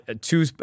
two